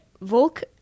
Volk